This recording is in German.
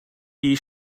die